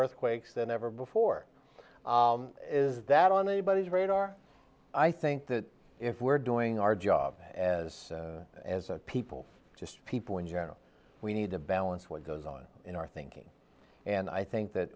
earthquakes than ever before is that on anybody's radar i think that if we're doing our job as a as a people just people in general we need to balance what goes on in our thinking and i think that